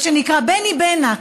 מה שנקרא ביני בינכ,